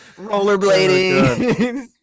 rollerblading